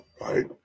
right